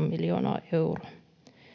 13,8 miljoonaa euroa.